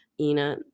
Ina